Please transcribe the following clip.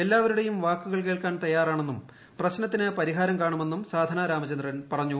എല്ലാവരുടെയും വാക്കുകൾ കേൾക്കാൻ തയ്യാറാണെന്നും പ്രശ്നത്തിന് പരിഹാരം കാണുമെണ്ണൂർ സാധന രാമചന്ദ്രൻ പറഞ്ഞു